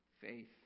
faith